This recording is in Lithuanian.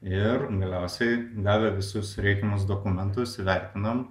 ir galiausiai gavę visus reikiamus dokumentus įvertinam